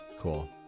Cool